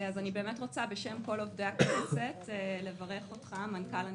אני רוצה בשם כל עובדי הכנסת לברך אותך המנכ"ל הנכנס.